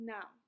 Now